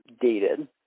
dated